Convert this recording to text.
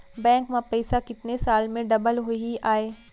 Bank में पइसा कितने साल में डबल होही आय?